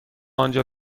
آنجا